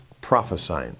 prophesying